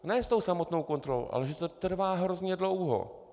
Ne s tou samotnou kontrolou, ale že to trvá hrozně dlouho.